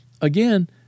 again